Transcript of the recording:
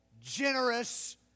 generous